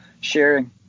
sharing